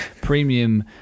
premium